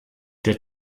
der